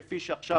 כפי שעכשיו